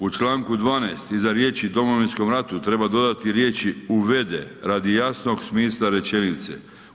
U čl. 12. iza riječi Domovinskom ratu treba dodati riječi, uvede, radi jasnog smisla rečenice.